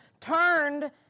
turned